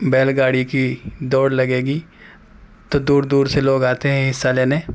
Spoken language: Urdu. بیل گاڑی کی دوڑ لگے گی تو دور دور سے لوگ آتے ہیں حصہ لینے